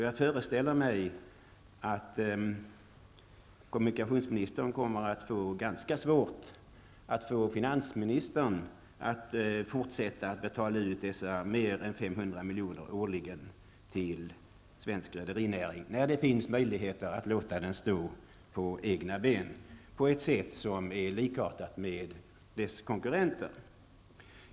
Jag föreställer mig att det kommer att bli ganska svårt för kommunikationsministern att få finansministern att fortsätta att betala ut dessa mer än 500 milj.kr. årligen till svensk rederinäring, när det finns möjligheter att låta den stå på egna ben, på ett likartat sätt som dess konkurrenter.